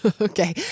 Okay